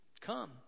Come